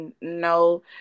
no